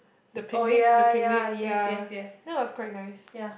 the picnic the picnic ya that was quite nice